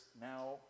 now